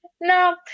No